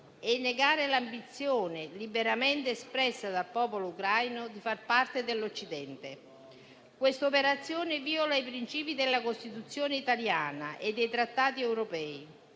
e negare l'ambizione liberamente espressa dal popolo ucraino di far parte dell'Occidente. Questa operazione viola i principi della Costituzione italiana e dei Trattati europei.